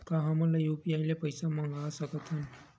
का हमन ह यू.पी.आई ले पईसा मंगा सकत हन?